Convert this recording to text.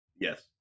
Yes